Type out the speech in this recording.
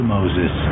Moses